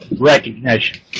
recognition